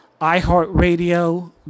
iHeartRadio